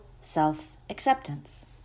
self-acceptance